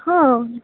ହଁ